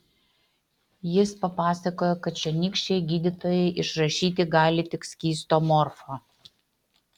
jis papasakojo kad čionykščiai gydytojai išrašyti gali tik skysto morfo